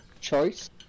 choice